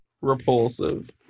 Repulsive